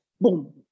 boom